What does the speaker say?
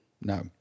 No